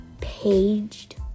Paged